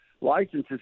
licenses